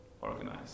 organize